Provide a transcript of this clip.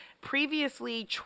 Previously